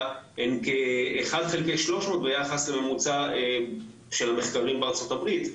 הן כ-1 חלקי 300 ביחס לממוצע של המחקרים בארצות הברית,